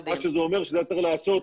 מה שזה אומר שזה היה צריך להיעשות,